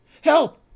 help